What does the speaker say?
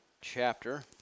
chapter